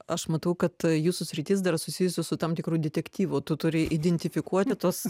aš matau kad jūsų sritis dar susijusi su tam tikru detektyvu tu turi identifikuoti tuos